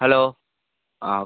hello ആ okay